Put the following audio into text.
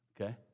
okay